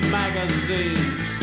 magazines